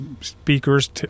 speakers